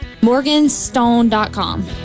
Morganstone.com